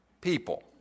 people